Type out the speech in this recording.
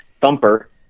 Thumper